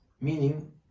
Meaning